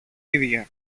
ίδια